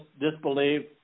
disbelieve